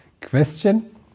question